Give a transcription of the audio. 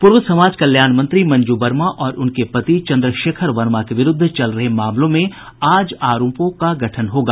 पूर्व समाज कल्याण मंत्री मंजू वर्मा और उनके पति चन्द्रशेखर वर्मा के विरूद्ध चल रहे मामलों में आज आरोपों का गठन होगा